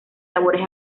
labores